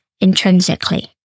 intrinsically